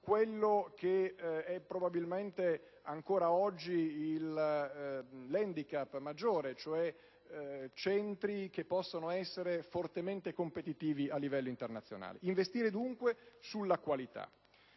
quello che è probabilmente ancora oggi l'*handicap* maggiore, centri che possano essere fortemente competitivi a livello internazionale. Investire dunque sulla qualità.